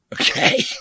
Okay